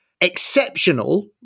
exceptional